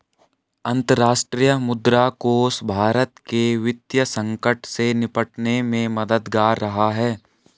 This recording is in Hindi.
अंतर्राष्ट्रीय मुद्रा कोष भारत के वित्तीय संकट से निपटने में मददगार रहा है